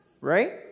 right